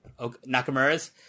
Nakamura's